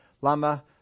lama